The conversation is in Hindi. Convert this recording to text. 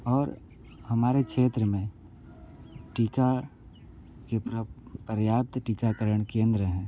और हमारे क्षेत्र मे टीका के पर्याप्त टीकाकरण केंद्र है